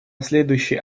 следующей